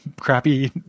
crappy